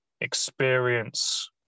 experience